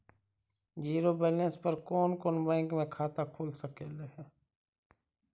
Zero balance पर कोन कोन बैंक में खाता खुल सकले हे?